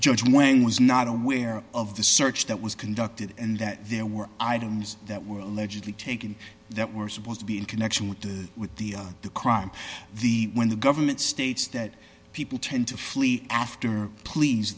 judge when was not on where of the search that was conducted and that there were items that were legibly taken that were supposed to be in connection with the with the the crime the when the government states that people tend to flee after pleas